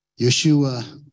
Yeshua